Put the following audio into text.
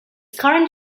current